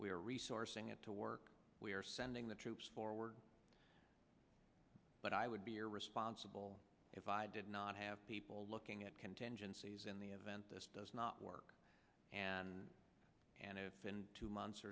are resourcing it to work we are sending the troops forward but i would be irresponsible if i did not have people looking at contingencies in the event this does not work and and if in two months